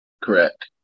correct